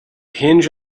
hinge